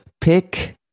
pick